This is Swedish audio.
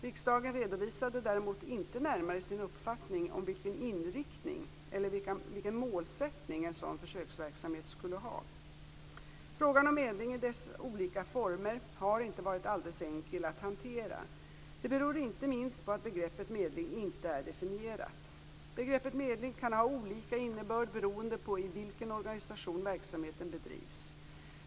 Riksdagen redovisade däremot inte närmare sin uppfattning om vilken inriktning eller vilken målsättning en sådan försöksverksamhet skulle ha. Frågan om medling i dess olika former har inte varit alldeles enkel att hantera. Det beror inte minst på att begreppet medling inte är definierat. Begreppet medling kan ha olika innebörd beroende på i vilken organisation verksamheten bedrivs.